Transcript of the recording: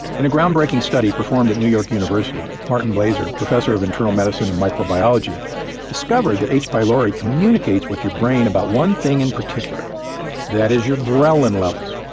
in a groundbreaking study performed at new york university, martin blaser, professor of internal medicine and microbiology discovered that h. pylori communicates with your brain about one thing in particular that is your ghrelin levels.